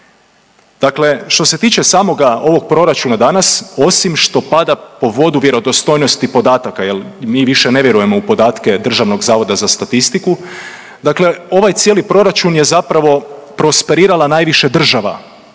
Dakle, što se tiče samoga ovog proračuna danas, osim što pada po vodu vjerodostojnosti podataka jel mi više ne vjerujemo u podatke DZS-a, dakle ovaj cijeli proračun je zapravo prosperirala najviše država